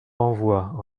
renvoie